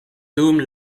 dum